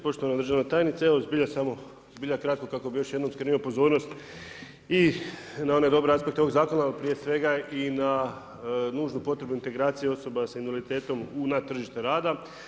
Poštovana državna tajnice, evo zbilja kratko kako bi još jednom skrenuo pozornost i na one dobre aspekte ovog zakona, prije svega i na nužnu potrebu integracije osoba sa invaliditetom na tržište rada.